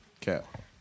Cap